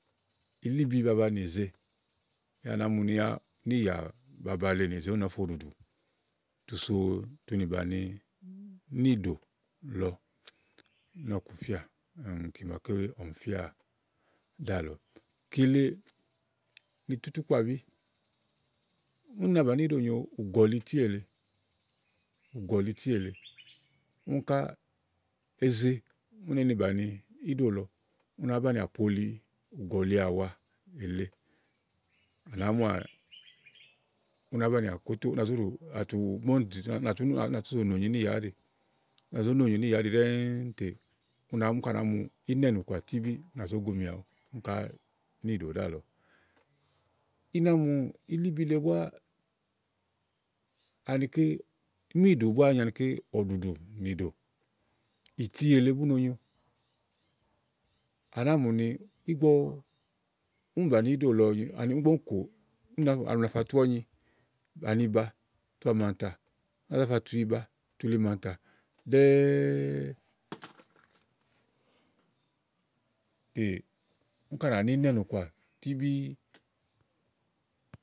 Ilíbi baba nèze yá à nàá mù ni níìyà baba le nèze ú nòó fo ɖùɖù, tu so, tu ni bàni níìɖò lɔ nɔ́ɔ̀ku fíà ígbɔké ɔmi fíà ɖáàlɔ. kile ìtútúkpàbí. úni na bàni íɖò nyo ùgɔ̀lití èle, ùgɔ̀lití èle. úni ká eze ú ne ni bàni íɖò lɔ ú nàá banìià poli ùgɔ̀liàwa lèe. à nàá muà ú nàá banìià kótóó únà zó ɖuɖu atu ígbɔ ɖùɖù ètè ú nà tú zòo nì nyo níìyà áɖì, ú nà zó nonyòo níìyà áɖi ɖɛ́ŋúú èlè ú nàá úni ká nàá mu ínɛ̀nù kɔà tíbí ú nà zó gomì awu úni ká níìɖò ɖíàlɔ i na mù ìlìbi le búá anikɛ́ míìɖò búá àá nyi anikɛ́ ɔ̀ɖùɖù nìɖò ìtì èle bú no nyo. Á nàá mù ni ígbɔ, úni bàni íɖò lɔ ani ígbɔ únikò ú nàá u na fa tu ɔ̀nyi ani ìba tu amàntà ú náa za fa tu iba tu yili màntà ɖɛ́ɛ tè úni ká nà nì ínɛ̀nù kɔà tíbíí.